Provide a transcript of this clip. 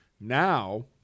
Now